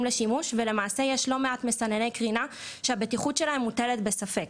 לשימוש ולמעשה יש לא מעט מסנני קרינה שהבטיחות שלהם מוטלת בספק,